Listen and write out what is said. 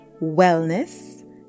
wellness